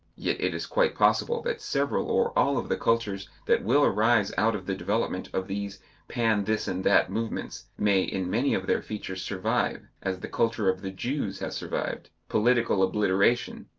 yet it is quite possible that several or all of the cultures that will arise out of the development of these pan-this-and-that movements may in many of their features survive, as the culture of the jews has survived, political obliteration,